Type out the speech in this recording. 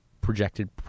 projected –